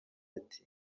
ati